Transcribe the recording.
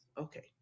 Okay